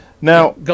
now